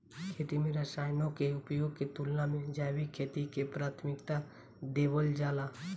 खेती में रसायनों के उपयोग के तुलना में जैविक खेती के प्राथमिकता देवल जाला